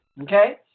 okay